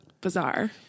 bizarre